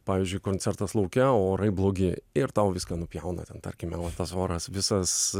pavyzdžiui koncertas lauke o orai blogi ir tau viską nupjauna ten tarkim va tas oras visas